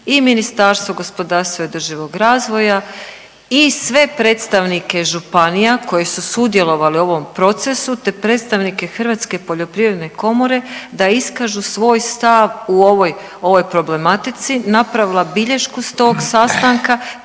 i Ministarstvo gospodarstva i održivog razvoja i sve predstavnike županija koji su sudjelovali u ovom procesu te predstavnike Hrvatske poljoprivredne komore da iskažu svoj stav u ovoj, ovoj problematici, napravila bilješku s tog sastanka